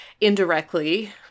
indirectly